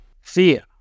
Fear